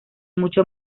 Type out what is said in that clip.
mucho